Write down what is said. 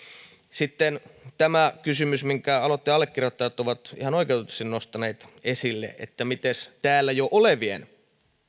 sitten tämä kysymys minkä aloitteen allekirjoittajat ovat ihan oikeutetusti nostaneet esille että miten täällä jo olevien